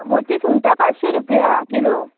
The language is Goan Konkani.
मोटी सुंगटां पांचशीं रुपया किलो